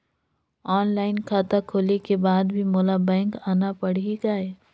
Online खाता खोले के बाद भी मोला बैंक आना पड़ही काय?